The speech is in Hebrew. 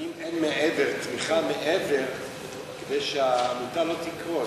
האם אין תמיכה מעבר כדי שהעמותה לא תקרוס?